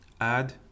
add